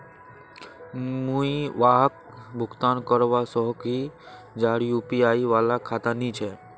मुई वहाक भुगतान करवा सकोहो ही जहार यु.पी.आई वाला खाता नी छे?